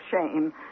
shame